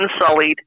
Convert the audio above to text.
unsullied